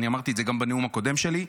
אמרתי את זה גם בנאום הקודם שלי,